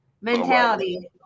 mentality